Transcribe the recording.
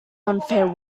unfair